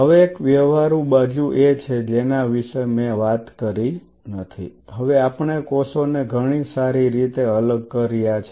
હવે એક વ્યવહારુ બાજુ એ છે જેના વિશે મેં વાત કરી નથી હવે આપણે કોષોને ઘણી સારી રીતે અલગ કર્યા છે